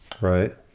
Right